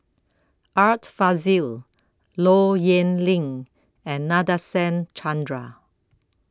Art Fazil Low Yen Ling and Nadasen Chandra